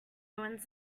ruins